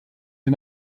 der